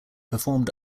performed